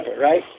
right